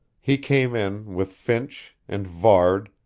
he came in, with finch, and varde,